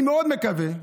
אני מאוד מקווה,